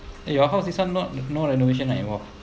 eh your house this [one] not not renovation ah involved